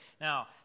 Now